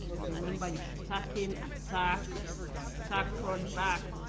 remember tuck in, untuck, tuck front, back,